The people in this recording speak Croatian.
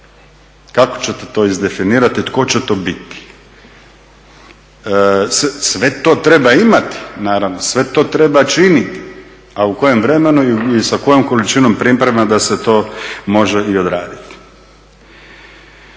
Kako ćete to izdefinirati i tko će to biti? Sve to treba imati, naravno, sve to treba činiti a u kojem vremenu i sa kojom količinom priprema da se to može i odraditi?